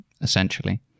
essentially